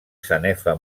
sanefa